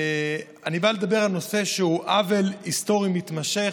אני בא לדבר על נושא שהוא עוול היסטורי מתמשך,